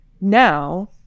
now